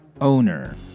Owner